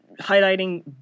highlighting